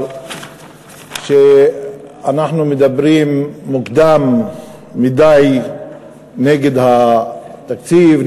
שאנחנו מדברים מוקדם מדי נגד התקציב,